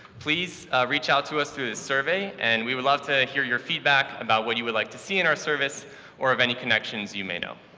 please reach out to us through the survey, and we would love to hear your feedback about what you would like to see in our service or of any connections you may know.